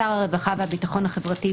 שר הרווחה והביטחון החברתי,